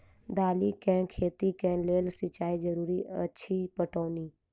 दालि केँ खेती केँ लेल सिंचाई जरूरी अछि पटौनी?